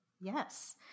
Yes